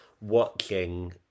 watching